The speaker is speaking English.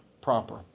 proper